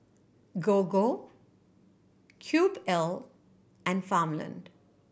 Gogo Cube L and Farmland